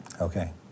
Okay